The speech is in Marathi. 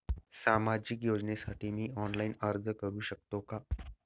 सामाजिक योजनेसाठी मी ऑनलाइन अर्ज करू शकतो का?